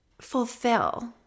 fulfill